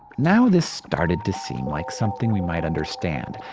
now this started to seem like something we might understand.